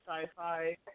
sci-fi